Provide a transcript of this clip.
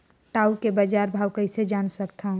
टाऊ के बजार भाव कइसे जान सकथव?